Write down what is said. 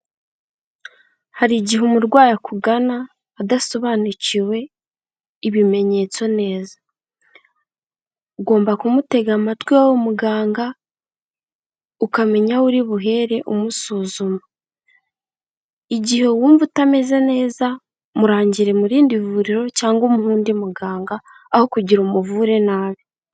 Hari igihe umurwayi akugana adasobanukiwe ibimenyetso neza, ugomba kumutega amatwi wowe muganga, ukamenya aho uri buhere umusuzuma, igihe wumva utameze neza murangire mu rindi vuriro, cyangwa umuhe undi muganga, aho kugira ngo umuvure nabi.